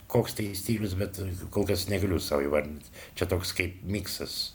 koks stilius bet kol kas negaliu sau įvardinti čia toks kaip miksas